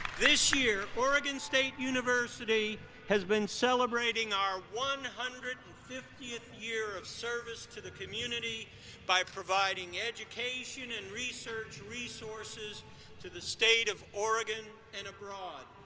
this year, oregon state university has been celebrating our one hundred and fiftieth year of service to the community by providing education and research resources to the state of oregon and abroad.